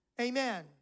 Amen